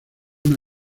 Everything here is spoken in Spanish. una